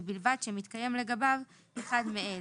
ובלבד שמתקיים לגביו אחד מאלה: